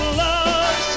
love